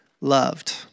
loved